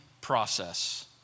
process